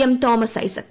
M Thomas Isaac